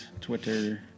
Twitter